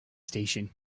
station